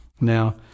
Now